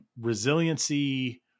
resiliency